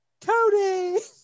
Cody